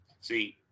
see